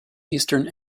eastern